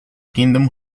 kingdom